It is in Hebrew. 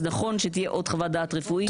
אז נכון שתהיה עוד חוות דעת רפואית.